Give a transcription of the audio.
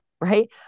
right